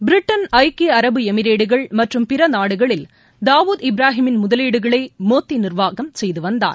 Britain ஐக்கிய அரபு எமிரேட்டுகள் மற்றும் பிற நாடுகளில் தாவூத் இப்ராஹிமின் முதலீடுகளை மோத்தி நிர்வாகம் செய்து வந்தார்